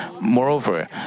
Moreover